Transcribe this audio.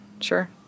sure